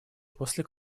после